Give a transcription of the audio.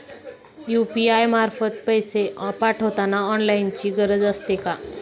UPI मार्फत पैसे पाठवताना लॉगइनची गरज असते का?